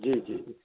जी जी